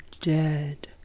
dead